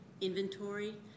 inventory